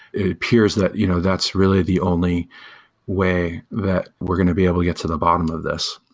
it appears that you know that's really the only way that we're going to be able to get to the bottom of this.